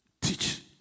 Teach